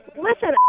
Listen